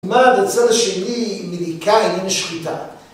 עמד הצד השני מליקה אין שחיטה